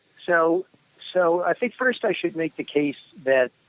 so so i think first i should make the case that,